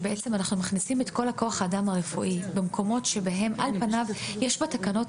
שאנחנו מכניסים את כול כוח האדם הרפואי במקומות שבהם על פניו יש בתקנות